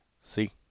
see